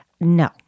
No